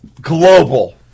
global